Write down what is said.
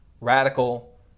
radical